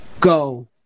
go